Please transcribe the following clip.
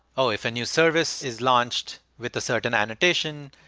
oh, if a new service is launched with a certain annotation,